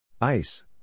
Ice